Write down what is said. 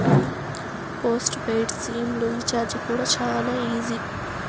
post paid sim లు recharge కూడా శానా ఈజీ